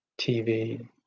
TV